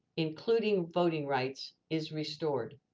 including voting rights is restored.